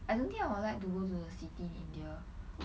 I don't think I would like to go to the city in india